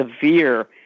severe